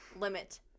Limit